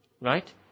Right